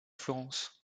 florence